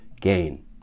gain